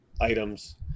items